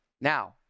Now